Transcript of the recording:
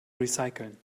recyceln